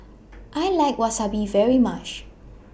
I like Wasabi very much